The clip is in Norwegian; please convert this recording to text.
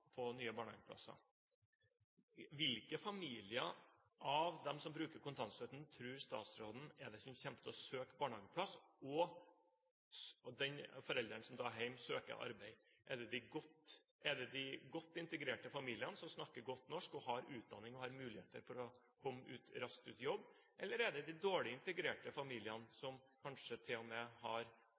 nye barnehageplasser. Hvilke familier blant dem som bruker kontantstøtten, tror statsråden det er som kommer til å søke barnehageplass, og der den forelderen som er hjemme, kommer til å søke arbeid? Er det de godt integrerte familiene, som snakker godt norsk og har utdanning og muligheter for å komme raskt ut i jobb, eller er det de dårlig integrerte familiene, som kanskje til og med har